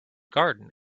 garden